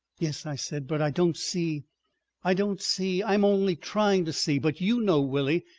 yes, i said, but i don't see i don't see. i'm only trying to see. but you know, willie,